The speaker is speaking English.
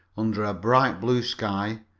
under a bright blue sky,